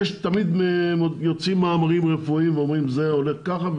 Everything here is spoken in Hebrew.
תמיד יוצאים מאמרים רפואיים שאומרים זה הולך ככה,